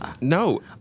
No